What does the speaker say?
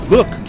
Look